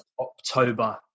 October